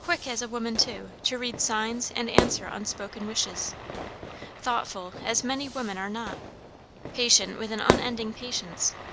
quick as a woman, too, to read signs and answer unspoken wishes thoughtful as many women are not patient with an unending patience.